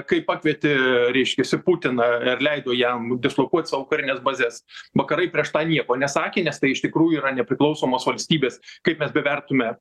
kai pakvietė reiškiasi putiną ir leido jam dislokuot savo karines bazes vakarai prieš tą nieko nesakė nes tai iš tikrųjų yra nepriklausomos valstybės kaip mes bevertume